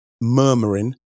murmuring